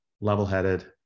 level-headed